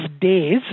days